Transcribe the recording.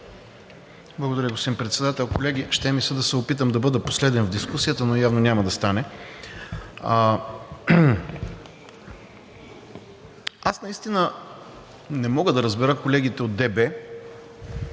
Благодаря, господин Председател. Колеги, ще ми се да се опитам да бъда последен в дискусията, но явно няма да стане. Аз наистина не мога да разбера колегите от ДБ,